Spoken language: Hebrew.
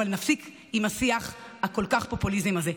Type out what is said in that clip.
אבל מספיק עם השיח הכל-כך פופוליסטי הזה.